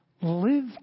Live